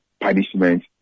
punishment